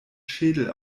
schädel